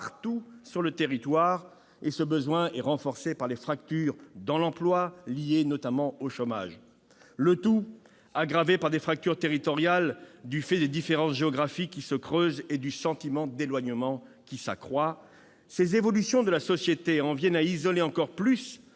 performants, partout sur le territoire. Ce besoin est renforcé par les fractures dans l'emploi, liées au chômage notamment. Le tout aggravé par des fractures territoriales du fait des différences géographiques, qui se creusent, et du sentiment d'éloignement, qui s'accroît. Ces évolutions de la société en viennent à isoler encore plus